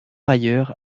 ailleurs